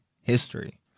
history